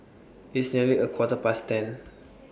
its nearly A Quarter Past ten